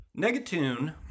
Negatune